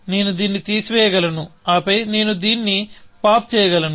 నేను దీన్ని తీసివేయగలను ఆపై నేను దీన్ని పాప్ చేయగలను